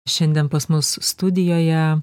šiandien pas mus studijoje